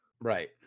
Right